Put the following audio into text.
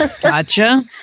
Gotcha